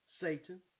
Satan